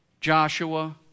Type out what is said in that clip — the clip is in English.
Joshua